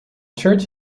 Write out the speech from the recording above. church